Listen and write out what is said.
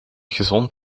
gezond